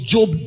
Job